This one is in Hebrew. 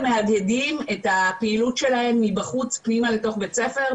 הם מהדהדים את הפעילות שלהם מבחוץ פנימה לתוך בית ספר,